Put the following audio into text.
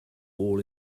all